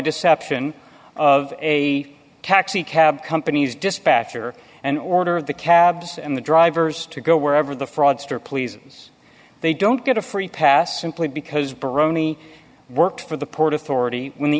deception of a taxi cab companies dispatcher and order of the cabs and the drivers to go wherever the fraudster pleases they don't get a free pass simply because peroni work for the port authority when the